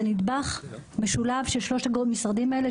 זה נדבך משולב של שלושת המשרדים האלה,